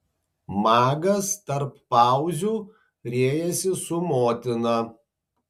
magas tarp pauzių riejasi su motina